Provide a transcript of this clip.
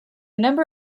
number